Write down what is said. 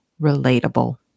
relatable